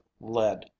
lead